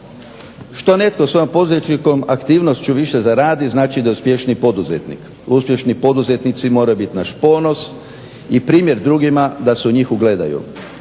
Što netko svojom poduzetničkom aktivnošću više zaradi, znači da je uspješniji poduzetnik. Uspješni poduzetnici moraju biti naš ponos i primjer drugima da se u njih ugledaju.